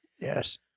Yes